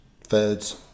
thirds